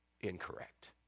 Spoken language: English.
incorrect